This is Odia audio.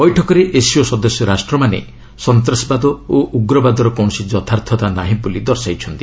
ବୈଠକରେ ଏସ୍ସିଓ ସଦସ୍ୟ ରାଷ୍ଟ୍ରମାନେ ସନ୍ତାସବାଦ ଓ ଉଗ୍ରବାଦର କୌଣସି ଯଥାର୍ଥତା ନାହିଁ ବୋଲି ଦର୍ଶାଇଛନ୍ତି